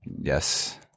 Yes